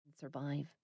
survive